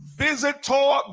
visitor